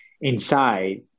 inside